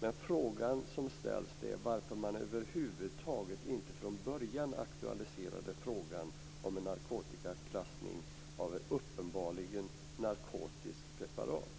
Men frågan som ställs är varför man över huvud taget inte från början aktualiserade frågan om en narkotikaklassning av ett uppenbart narkotiskt preparat.